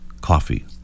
coffee